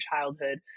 childhood